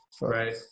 Right